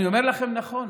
אני אומר לכם, נכון.